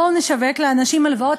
בואו נשווק לאנשים הלוואות,